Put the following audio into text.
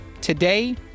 today